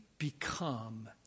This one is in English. become